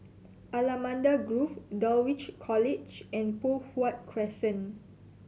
Allamanda Grove Dulwich College and Poh Huat Crescent